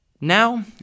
Now